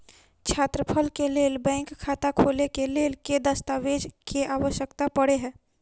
छात्रसभ केँ लेल बैंक खाता खोले केँ लेल केँ दस्तावेज केँ आवश्यकता पड़े हय?